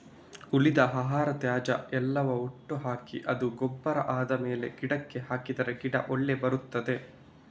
ಉಳಿದ ಆಹಾರ, ತ್ಯಾಜ್ಯ ಎಲ್ಲವ ಒಟ್ಟು ಹಾಕಿ ಅದು ಗೊಬ್ಬರ ಆದ್ಮೇಲೆ ಗಿಡಕ್ಕೆ ಹಾಕಿದ್ರೆ ಗಿಡ ಒಳ್ಳೆ ಬರ್ತದೆ